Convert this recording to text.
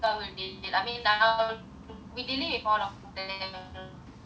you only have to worry about the third week so you only need to give me content by the third week